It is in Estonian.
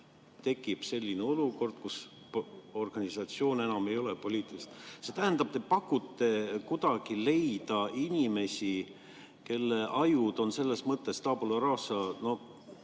tekib selline olukord, kus organisatsioon enam ei ole poliitiline. See tähendab, et te pakute leida kuidagi inimesi, kelle ajud on selles mõttestabula rasa, puhas